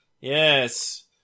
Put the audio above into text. Yes